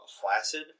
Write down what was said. flaccid